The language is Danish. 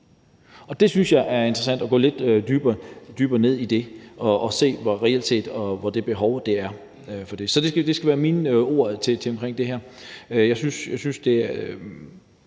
Det synes jeg er interessant at gå lidt dybere ned i og se, hvor det behov reelt set er. Det skal være mine ord omkring det her.